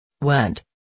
went